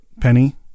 Penny